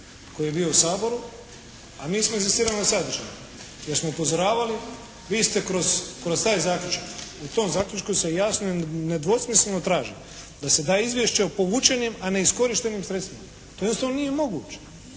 koji je bio u Saboru, a mi smo inzistirali na sadržaju. Jer smo upozoravali, vi ste kroz taj zaključak. U tom zaključku se jasno i nedvosmisleno traži da se da izvješće o povučenim, a neiskorištenim sredstvima. To jednostavno nije moguće.